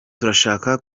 turashaka